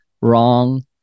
wrong